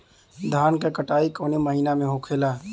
धान क कटाई कवने महीना में होखेला?